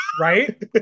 Right